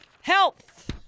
health